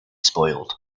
spoiled